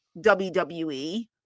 WWE